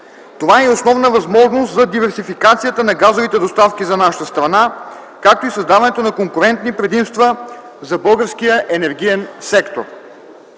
Това е и основна възможност за диверсификацията на газовите доставки за нашата страна, както и създаването на конкурентни предимства на българския енергиен сектор.